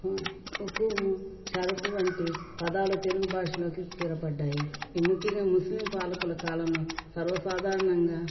ఉంఖము శరకు వంటి పదాలు తెలుగు భాషలోకి తీరపడ్డాయి ఈ ముఖ్యంగా ముస్లిం పాలకుల కాలంలో సర్వసాధారణంగా